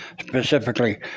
specifically